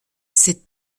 ses